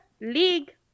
league